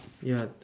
ya